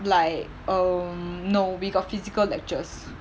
like um no we got physical lectures